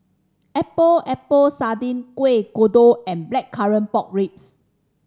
Epok Epok Sardin Kueh Kodok and Blackcurrant Pork Ribs